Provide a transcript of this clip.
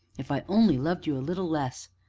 if i only loved you a little less!